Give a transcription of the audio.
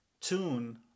tune